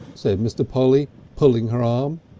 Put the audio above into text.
said mr. polly, pulling her arm.